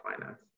finance